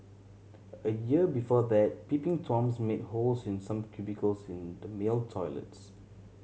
a year before that peeping Toms made holes in some cubicles in the male toilets